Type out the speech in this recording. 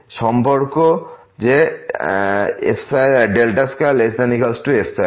সম্পর্ক যে 2≤εহয়